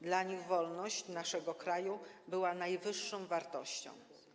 Dla nich wolność naszego kraju była najwyższą wartością.